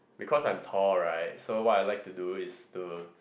because I'm tall right so what I like to do is to